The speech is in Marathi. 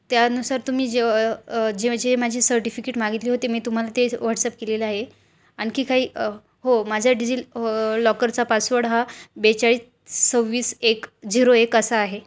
त्यानुसार तुम्ही जेव जे म जे माझी सर्टिफिकेट मागितली होते मी तुम्हाला ते व्हॉट्सअप केलेलं आहे आणखी काही हो माझ्या डिजिललॉकरचा पासवर्ड हा बेचाळीस सव्वीस एक झिरो एक असा आहे